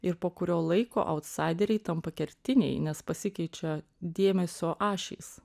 ir po kurio laiko autsaideriai tampa kertiniai nes pasikeičia dėmesio ašys